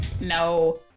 No